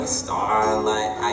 starlight